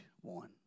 one